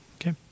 Okay